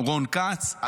רון כץ,